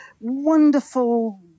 wonderful